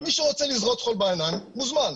מי שרוצה לזרות חול בעיניים מוזמן.